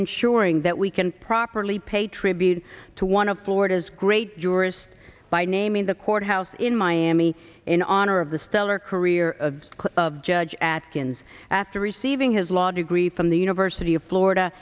ensuring that we can properly pay tribute to one of florida's great jurist by naming the courthouse in miami in honor of the stellar career of judge atkins after receiving his law degree from the university of florida